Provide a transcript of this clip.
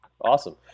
Awesome